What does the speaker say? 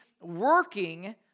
working